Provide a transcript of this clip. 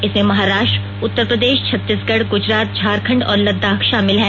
इसमें महाराष्ट्र उत्तर प्रदेश छत्तीसगढ गुजरात झारखंड और लद्दाख शामिल हैं